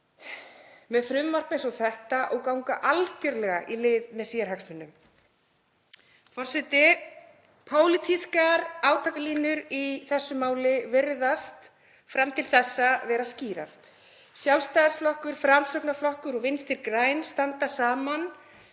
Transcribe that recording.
með frumvarp eins og þetta og ganga algjörlega í lið með sérhagsmunum. Forseti. Pólitískar átakalínur í þessu máli virðast fram til þessa vera skýrar. Sjálfstæðisflokkur, Framsóknarflokkur og Vinstri græn standa saman